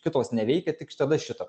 kitos neveikia tik tada šitą